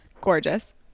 gorgeous